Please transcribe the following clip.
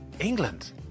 England